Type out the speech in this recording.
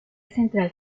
central